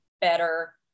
better